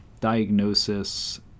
diagnosis